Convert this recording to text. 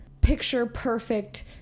picture-perfect